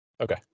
okay